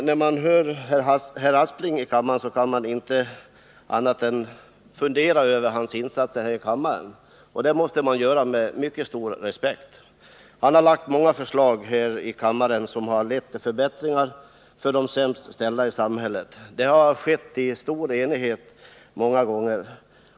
När man hör herr Aspling i kammaren kan man inte underlåta att tänka på hans insatser här i riksdagen, och det måste man göra med mycket stor respekt. Han har lagt fram många förslag som lett till förbättringar för de sämst ställda. Förbättringarna har många gånger genomförts i stor enighet.